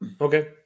okay